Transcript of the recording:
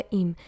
im